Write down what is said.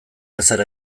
ezer